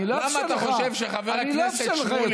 אני לא אאפשר לך.